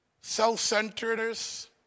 self-centeredness